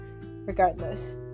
regardless